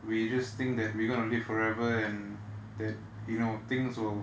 we just think that we're gonna live forever and that you know things will